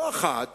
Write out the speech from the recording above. לא אחת